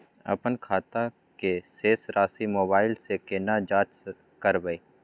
अपन खाता के शेस राशि मोबाइल से केना जाँच करबै?